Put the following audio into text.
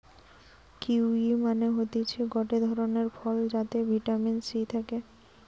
kiwi মানে হতিছে গটে ধরণের ফল যাতে ভিটামিন সি থাকে